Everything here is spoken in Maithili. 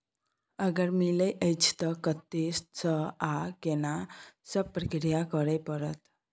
अगर मिलय अछि त कत्ते स आ केना सब प्रक्रिया करय परत?